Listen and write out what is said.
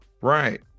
right